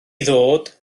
ddod